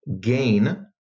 gain